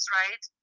right